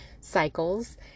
cycles